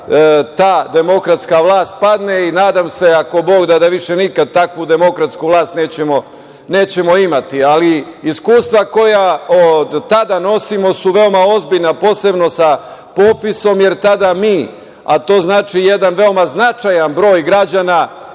ta demokratska vlat padne i nadam se, ako Bog da, da više nikad takvu demokratsku vlast nećemo imati. Iskustva koja od tada nosimo su veoma ozbiljna, posebno sa popisom, jer tada mi, a to znači jedan veoma značajan broj građana